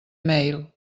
mail